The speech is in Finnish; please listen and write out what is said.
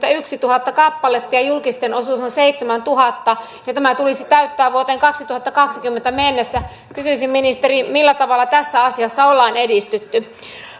seitsemänkymmentätuhatta kappaletta ja julkisten osuus on seitsemäntuhatta ja tämä tulisi täyttää vuoteen kaksituhattakaksikymmentä mennessä kysyisin ministeri millä tavalla tässä asiassa ollaan edistytty